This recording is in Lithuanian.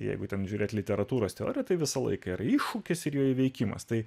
jeigu ten žiūrėti literatūros teorija tai visą laiką yra iššūkis ir jo įveikimas tai